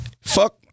fuck